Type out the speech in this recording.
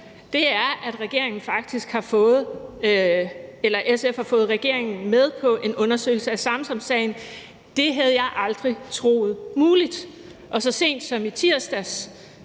selv, er, at SF faktisk har fået regeringen med på en undersøgelse af Samsamsagen. Det havde jeg aldrig troet muligt. Så sent som i tirsdags,